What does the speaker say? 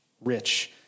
rich